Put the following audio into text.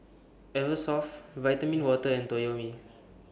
Eversoft Vitamin Water and Toyomi